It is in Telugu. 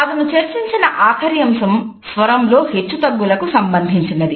అతను చర్చించిన ఆఖరి అంశం స్వరంలో హెచ్చుతగ్గులకు సంబంధించినది